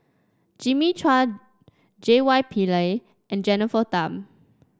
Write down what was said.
Jimmy Chua J Y Pillay and Jennifer Tham